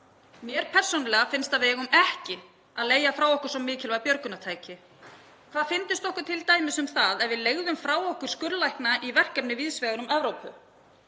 persónulega að við eigum ekki að leigja frá okkur svo mikilvæg björgunartæki. Hvað fyndist okkur t.d. um það ef við leigðum frá okkur skurðlækna í verkefni víðs vegar um Evrópu?